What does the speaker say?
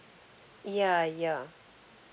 ya ya